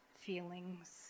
feelings